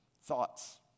Thoughts